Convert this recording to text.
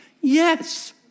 Yes